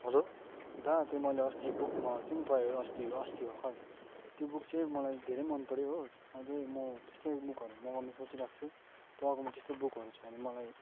hello दा त्यो मैले अस्ति बुक मगाएको थिएँ नि पै अस्ति अस्ति भर्खर त्यो बुक चाहिँ मलाई धेरै मनपऱ्यो हो अझै म त्यस्तै बुकहरू मगाउनु सोचिरहेको छु तपाईँकोमा त्यस्तै बुकहरू छ भने मलाई